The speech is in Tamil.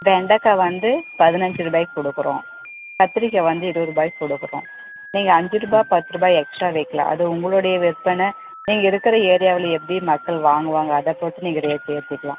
வெண்டைக்கா வந்து பதினைஞ்சு ரூபாய்க்கு கொடுக்குறோம் கத்திரிக்காய் வந்து இருபது ரூபாய்க்கு கொடுக்குறோம் நீங்கள் அஞ்சு ரூபாய் பத்து ரூபாய் எக்ஸ்ட்ரா விற்கலாம் அது உங்களுடைய விற்பனை நீங்கள் இருக்கிற ஏரியாவில் எப்படி மக்கள் வாங்குவாங்க அதை பொறுத்து நீங்கள் ரேட்டு ஏற்றிக்கலாம்